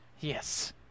Yes